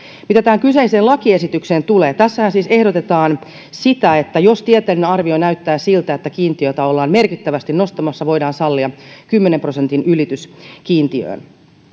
mitä tähän kyseiseen lakiesitykseen tulee tässähän siis ehdotetaan sitä että jos tieteellinen arvio näyttää siltä että kiintiötä ollaan merkittävästi nostamassa voidaan sallia kymmenen prosentin ylitys kiintiöön